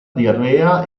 diarrea